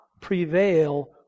prevail